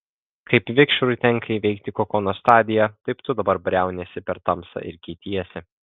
kaip vikšrui tenka įveikti kokono stadiją taip tu dabar brauniesi per tamsą ir keitiesi